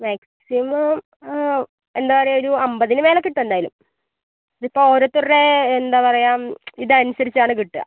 maximum എന്താ പറയുക ഒരു അമ്പതിന് മേലേ കിട്ടും എന്തായാലും ഇതിപ്പം ഓരോരുത്തരുടെ എന്താ പറയാം ഇതനുസരിച്ചാണ് കിട്ടുക